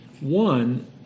One